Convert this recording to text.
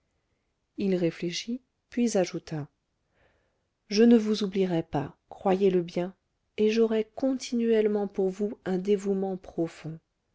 il réfléchit puis ajouta je ne vous oublierai pas croyez-le bien et j'aurai continuellement pour vous un dévouement profond